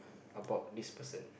about this person